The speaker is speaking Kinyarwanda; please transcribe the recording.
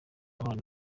abana